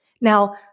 Now